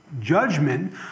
judgment